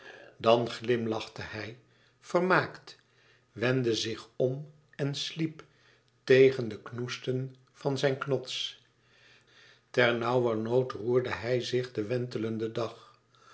dan glimlachte hij vermaakt wendde zich om en sliep tegen de knoesten van zijn knots ter nauwer nood roerde hij zich den wentelenden dag